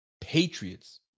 Patriots